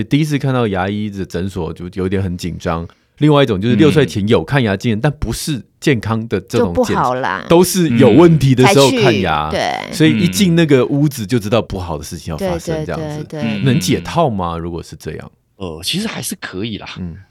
第一次看到牙医的诊所就有点很紧张，另外一种就是六岁嗯。前有看牙经验，但不是健康的这种就不好啦。健康，都是有嗯。问题的时候才看牙，去，对。所以一进嗯。那个屋子就知道不好的事情要对，发生，这样子。对，对，对。嗯。能解套吗？如果是这样。呃，其实还是可以啦。嗯。